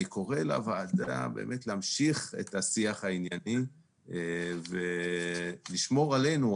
אני קורא לוועדה להמשיך את השיח הענייני ולשמור עלינו,